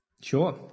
Sure